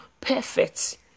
perfect